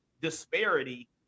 disparity